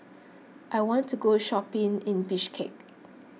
I want to go shopping in Bishkek